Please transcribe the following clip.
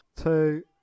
Two